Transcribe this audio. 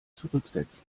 zurücksetzen